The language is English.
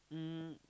um